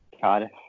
Cardiff